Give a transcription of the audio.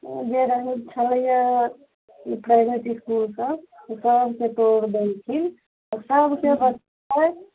जे रहै छलैए ई प्राइवेट इसकुलसब ओ सबके तोड़ि देलखिन सबके बच्चा